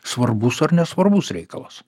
svarbus ar nesvarbus reikalas